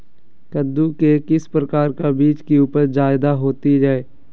कददु के किस प्रकार का बीज की उपज जायदा होती जय?